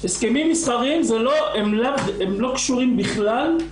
הסכמים מסחריים הם לא קשורים בכלל,